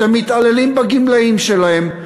אתם מתעללים בגמלאים שלהם,